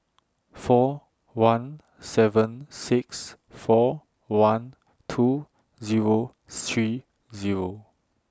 four one seven six four one two Zero three Zero